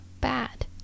bad